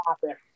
topic